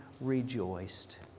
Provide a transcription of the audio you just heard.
rejoiced